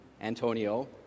Antonio